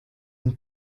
une